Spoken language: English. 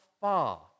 far